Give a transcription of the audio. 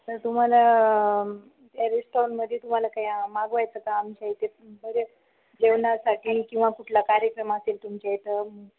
तर तुम्हाला त्या रेस्टॉरंटमध्ये तुम्हाला काही मागवायचं का आमच्या इथे बरे जेवणासाठी किंवा कुठला कार्यक्रम असेल तुमच्या इथं